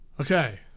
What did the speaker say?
Okay